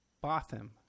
Botham